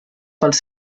pels